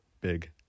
big